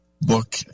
book